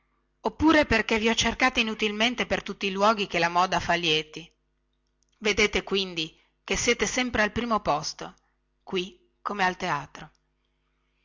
oppure perchè vi ho cercata inutilmente per tutti i luoghi che la moda fa lieti vedete quindi che siete sempre al primo posto qui come al teatro